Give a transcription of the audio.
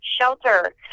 shelter